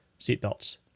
Seatbelts